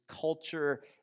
culture